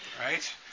right